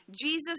Jesus